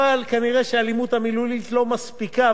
אבל כנראה האלימות המילולית לא מספיקה,